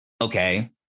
okay